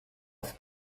auf